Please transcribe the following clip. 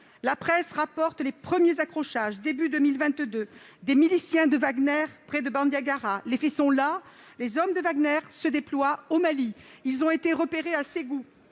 La presse rapporte les premiers accrochages de ses miliciens au début de l'année 2022, près de Bandiagara. Les faits sont là, les hommes de Wagner se déploient au Mali : ils ont été repérés à Ségou.